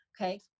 Okay